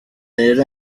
rero